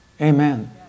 Amen